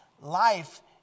life